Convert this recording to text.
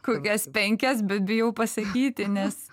kokias penkias bet bijau pasakyti nes